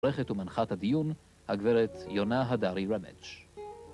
עורכת ומנחת הדיון, הגברת יונה הדרי רמץ'